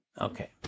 Okay